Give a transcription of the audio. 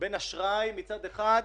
בין אשראי מצד אחד,